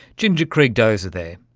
ginger krieg dosier there.